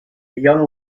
young